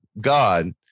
God